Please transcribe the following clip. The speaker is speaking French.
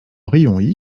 rayons